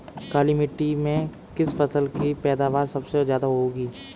काली मिट्टी में किस फसल की पैदावार सबसे ज्यादा होगी?